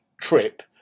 trip